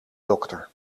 dokter